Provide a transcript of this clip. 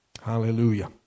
Hallelujah